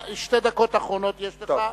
שתי דקות אחרונות יש לך.